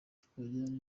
twagirana